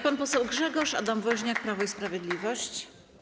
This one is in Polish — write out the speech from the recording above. Pan poseł Grzegorz Adam Woźniak, Prawo i Sprawiedliwość.